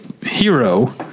hero